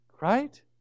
Right